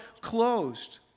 closed